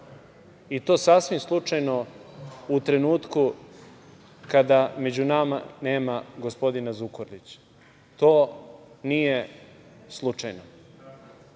i to sasvim slučajno u trenutku kada među nama nema gospodina Zukorlića. To nije slučajno,